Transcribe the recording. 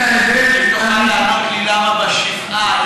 האם תוכל לענות לי למה בשבעה?